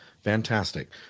Fantastic